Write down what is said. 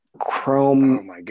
Chrome